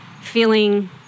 feeling